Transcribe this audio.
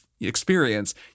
experience